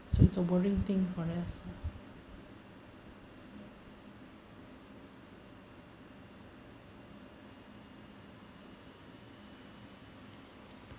so it's a worrying thing for us